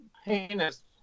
heinous